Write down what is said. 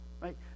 right